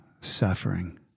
suffering